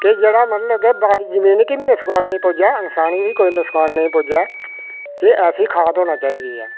कि जेह्ड़ा मतलब कि बाड़ी जमीन गी बी नुक्सान नेईं पजाए इन्सान गी बी कोई नुक्सान नेईं पुज्जे गै ऐसी खाद होना चाहिदी ऐ